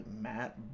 Matt